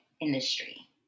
industry